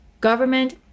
government